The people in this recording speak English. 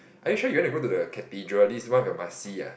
are you sure you wanna go to the Cathedral this is one of your must see ah